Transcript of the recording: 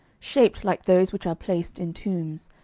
shaped like those which are placed in tombs,